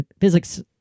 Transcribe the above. physics